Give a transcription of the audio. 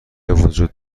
وجود